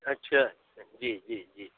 अच्छा अच्छा जी जी जी